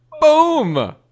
Boom